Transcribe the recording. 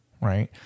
right